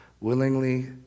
willingly